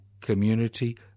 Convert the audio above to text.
community